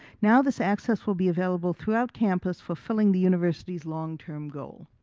now this access will be available throughout campus fulfilling the university's long-term goal.